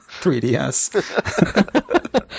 3DS